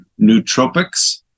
nootropics